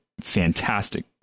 fantastic